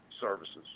services